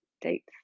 dates